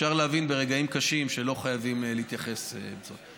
אפשר להבין ברגעים קשים שלא חייבים להתייחס בצורה כזאת.